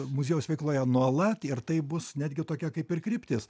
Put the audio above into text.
muziejaus veikloje nuolat ir tai bus netgi tokia kaip ir kryptis